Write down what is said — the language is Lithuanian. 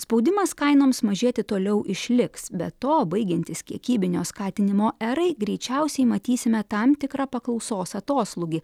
spaudimas kainoms mažėti toliau išliks be to baigiantis kiekybinio skatinimo erai greičiausiai matysime tam tikrą paklausos atoslūgį